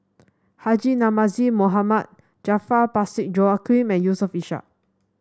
Haji Namazie Mohd Parsick Joaquim and Yusof Ishak